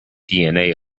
dna